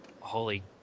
holy